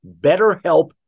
BetterHelp